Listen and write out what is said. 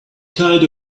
kind